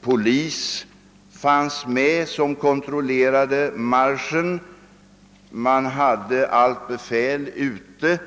Polis kontrollerade dessutom marschen. Allt befäl var ute